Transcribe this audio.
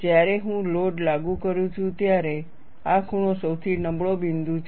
જ્યારે હું લોડ લાગુ કરું છું ત્યારે આ ખૂણો સૌથી નબળો બિંદુ છે